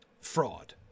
fraud